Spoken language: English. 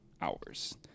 hours